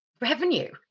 revenue